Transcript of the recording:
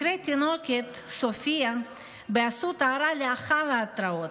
מקרה התינוקת סופיה באסותא אירע לאחר ההתרעות.